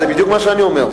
זה בדיוק מה שאני אומר.